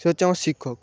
সে হচ্ছে আমার শিক্ষক